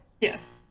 Yes